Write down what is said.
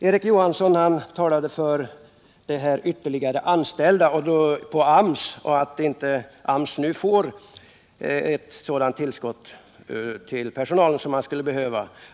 Erik Johansson i Simrishamn talade för en ytterligare tilldelning av tjänster vid AMS och beklagade att AMS nu inte får det personaltillskott som enligt hans mening skulle behövas.